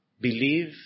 Believe